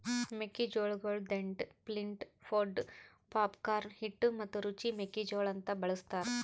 ಮೆಕ್ಕಿ ಜೋಳಗೊಳ್ dent, flint, pod, popcorn, ಹಿಟ್ಟು ಮತ್ತ ರುಚಿ ಮೆಕ್ಕಿ ಜೋಳ ಅಂತ್ ಬಳ್ಸತಾರ್